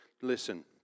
Listen